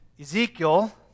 Ezekiel